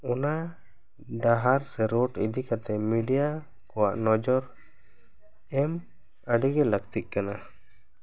ᱚᱱᱟ ᱰᱟᱦᱟᱨ ᱥᱮ ᱨᱳᱰ ᱤᱫᱤ ᱠᱟᱛᱮ ᱢᱤᱰᱤᱭᱟ ᱠᱚᱣᱟᱜ ᱱᱚᱡᱚᱨ ᱮᱢ ᱟᱹᱰᱤ ᱜᱤ ᱞᱟᱹᱠᱛᱤ ᱠᱟᱱᱟ